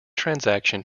transaction